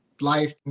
Life